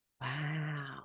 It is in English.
Wow